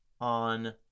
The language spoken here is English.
on